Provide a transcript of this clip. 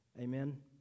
Amen